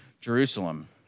Jerusalem